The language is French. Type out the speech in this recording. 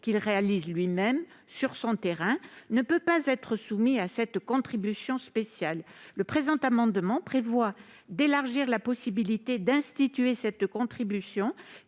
qu'il réalise lui-même sur son terrain ne peut pas être soumis à cette contribution spéciale. Le présent amendement prévoit d'élargir la possibilité d'instituer cette contribution,